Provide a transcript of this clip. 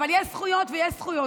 אבל יש זכויות ויש זכויות.